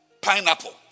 Pineapple